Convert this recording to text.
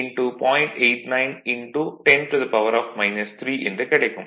89 10 3 என்று கிடைக்கும்